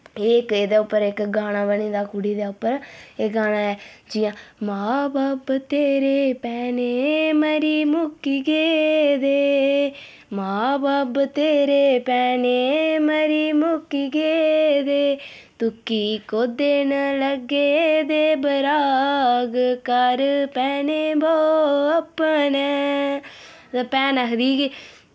एह् इक एह्दे उप्पर इक गाना बनी दा कुड़ी दे उप्पर एह् गाना ऐ जियां मां बब्ब तेरे भैने मरी मुक्की गेदे मां बब्ब तेरे भैने मरी मुक्की गेदे तुकी कोह्दे न लग्गे दे बराग घर भैने बौह् अपने ते भैन आखदी कि